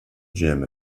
gym